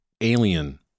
Alien